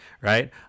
right